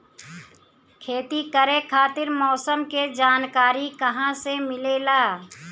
खेती करे खातिर मौसम के जानकारी कहाँसे मिलेला?